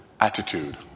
attitude